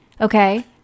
Okay